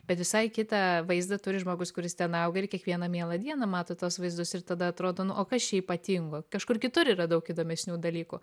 bet visai kitą vaizdą turi žmogus kuris ten auga ir kiekvieną mielą dieną mato tuos vaizdus ir tada atrodo nu o kas čia ypatingo kažkur kitur yra daug įdomesnių dalykų